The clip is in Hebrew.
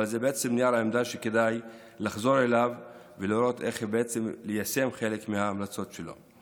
אבל זה נייר עמדה שכדאי לחזור אליו ולראות איך ליישם חלק מההמלצות שלו.